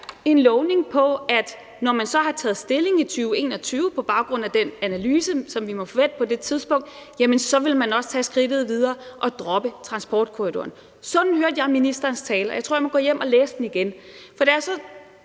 en lovning på, at når man så har taget stilling i 2021 på baggrund af den analyse, som vi må forvente på det tidspunkt, jamen så vil man også tage skridtet videre og droppe transportkorridoren. Sådan hørte jeg ministerens tale, og jeg tror, at jeg må gå hjem og læse den igen, for da jeg så